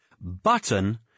Button